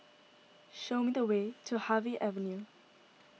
show me the way to Harvey Avenue